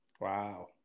Wow